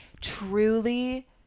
truly